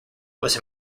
was